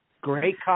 Great